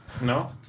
No